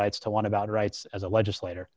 rights to want to about rights as a legislator